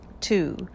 Two